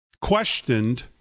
questioned